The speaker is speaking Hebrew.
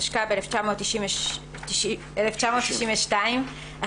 התשכ"ב 1962‏,